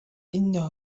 إنه